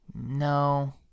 No